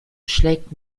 schlägt